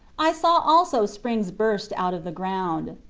i saw also springs burst out of the ground.